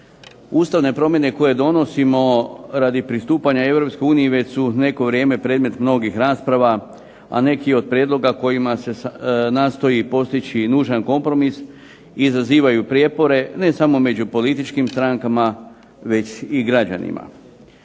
Ustavne promjene koje donosimo radi pristupanja Europskoj uniji već su neko vrijeme predmet mnogih rasprava, a neki od prijedloga kojima se nastoji postići nužan kompromis izazivaju prijepore, ne samo među političkim strankama, već i građanima.